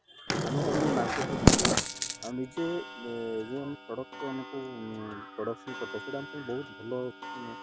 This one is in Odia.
ଆମେ ତାକୁ ନେଇ ମାର୍କେଟରେ ବିକୁ ଆଉ ନିଜେ ଯେଉଁ ଆମ ପ୍ରଡ଼କ୍ଟ ଆମକୁ ପ୍ରଡ଼କ୍ସନ୍ କରିଥାଉ ସେଇଟା ଆମ ପାଇଁ ବହୁତ ଭଲ